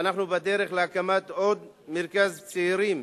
ואנחנו בדרך להקמת עוד מרכז צעירים